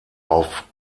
auf